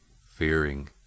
fearing